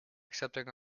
accepting